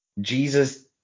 Jesus